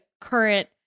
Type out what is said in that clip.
current